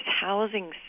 housing